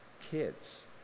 kids